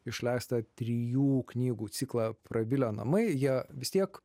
išleistą trijų knygų ciklą prabilę namai jie vis tiek